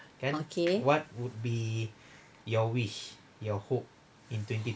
okay